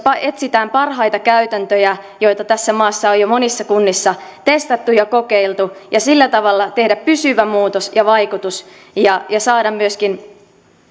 etsitään parhaita käytäntöjä joita tässä maassa on jo monissa kunnissa testattu ja kokeiltu ja sillä tavalla tarkoitus on saada pysyvä muutos ja vaikutus ja ja saada myöskin